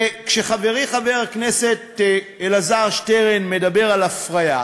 וכשחברי חבר הכנסת אלעזר שטרן מדבר על הפריה,